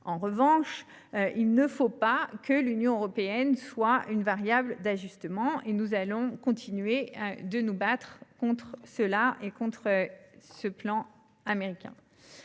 En revanche, il ne faut pas que l'Union européenne soit une variable d'ajustement ; nous continuerons donc de nous battre contre cela et contre ce plan américain.